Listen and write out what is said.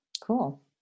cool